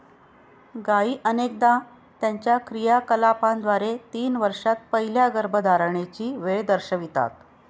गायी अनेकदा त्यांच्या क्रियाकलापांद्वारे तीन वर्षांत पहिल्या गर्भधारणेची वेळ दर्शवितात